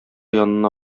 янына